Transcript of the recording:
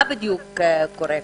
מה בדיוק קורה?